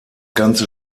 ganze